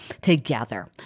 together